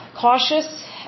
cautious